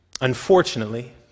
Unfortunately